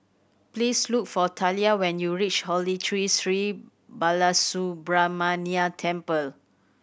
please look for Talia when you reach Holy Tree Sri Balasubramaniar Temple